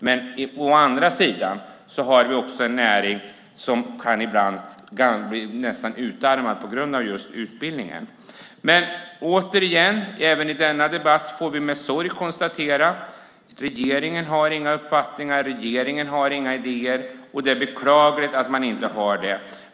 Men å andra sidan har vi också en näring som ibland kan bli nästan utarmad på grund av just brist på utbildning. Även i denna debatt får vi med sorg konstatera att regeringen inte har några uppfattningar och inte några idéer. Det är beklagligt att regeringen inte har det.